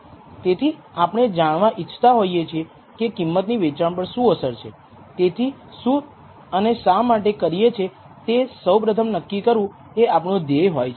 તેથી આપણે જાણવા ઈચ્છતા હોઈએ છીએ કે કિંમતની વેચાણ પર શું અસર છે તેથી શું અને શા માટે કરીએ છીએ તે સૌપ્રથમ નક્કી કરવું એ આપણો ધ્યેય હોય છે